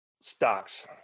stocks